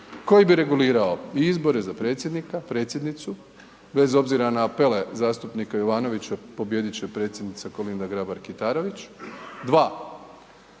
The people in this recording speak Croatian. koji bi regulirao i izbore za predsjednika, predsjednicu, bez obzira na apele zastupnika Jovanovića, pobijediti će predsjednica Kolinda Grabar Kitarović. Dva,